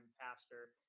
pastor